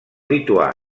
lituà